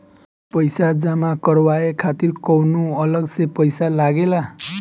पईसा जमा करवाये खातिर कौनो अलग से पईसा लगेला?